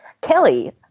Kelly